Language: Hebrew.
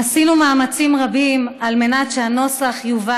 עשינו מאמצים רבים כדי שהנוסח שיובא